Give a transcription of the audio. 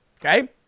Okay